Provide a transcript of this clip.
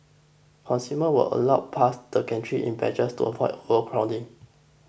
consumer were allowed past the gantries in batches to avoid overcrowding